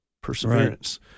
perseverance